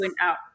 out